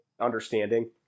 understanding